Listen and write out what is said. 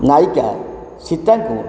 ନାୟିକା ସୀତାଙ୍କୁ